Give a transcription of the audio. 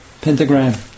pentagram